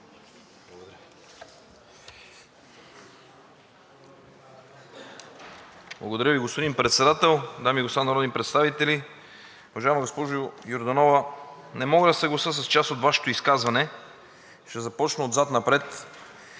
Благодаря Ви, господин Председател. Дами и господа народни представители! Уважаема госпожо Йорданова, не мога да се съглася с част от Вашето изказване. Ще започна отзад напред.